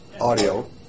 audio